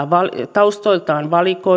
taustoiltaan